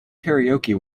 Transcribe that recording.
karaoke